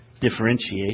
differentiate